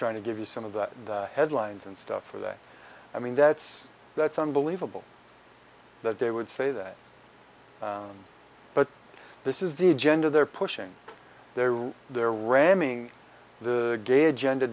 trying to give you some of the headlines and stuff for that i mean that's that's unbelievable that they would say that but this is the agenda they're pushing their right there ramming the gay agenda